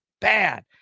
Bad